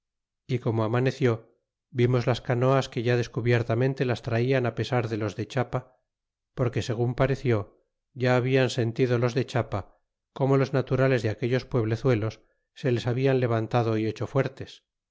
y lomo amaneció vimos las canoas que ya descubiertamente las traían pesar de los de chiapa porque segun pareció ya hablan sentido los de chiapa como los naturales de aquellos pueblezuelos se les habian levantado y hecho fuertes